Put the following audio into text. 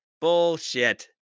bullshit